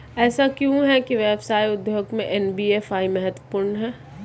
ऐसा क्यों है कि व्यवसाय उद्योग में एन.बी.एफ.आई महत्वपूर्ण है?